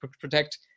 protect